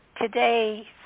today